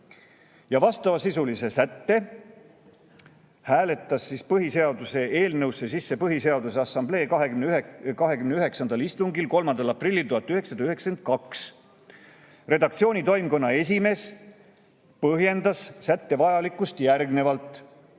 vastavasisulise sätte hääletas põhiseaduse eelnõusse sisse Põhiseaduse Assamblee 29. istungil 3. aprillil 1992. Redaktsioonitoimkonna esimees põhjendas sätte vajalikkust järgnevalt: